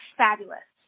fabulous